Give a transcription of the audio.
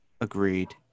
Agreed